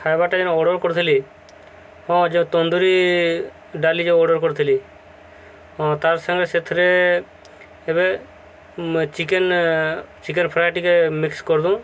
ଖାଇବାଟା ଯେନ୍ ଅର୍ଡ଼ର କରିଥିଲି ହଁ ଯେଉଁ ତନ୍ଦୁୁରୀ ଡାଲି ଯେଉଁ ଅର୍ଡ଼ର କରିଥିଲି ହଁ ତାର୍ ସାଙ୍ଗେ ସେଥିରେ ଏବେ ଚିକେନ୍ ଚିକେନ୍ ଫ୍ରାଏ ଟିକେ ମିକ୍ସ କରିଦଉନ୍